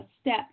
step